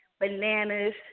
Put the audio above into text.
Bananas